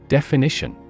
Definition